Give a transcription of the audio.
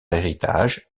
héritage